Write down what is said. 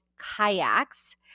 kayaks